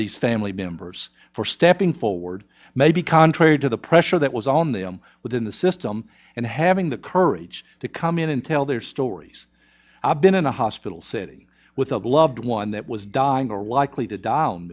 these family members for stepping forward maybe contrary to the pressure that was on them within the system and having the courage to come in and tell their stories i've been in a hospital sitting with a loved one that was dying or likely to die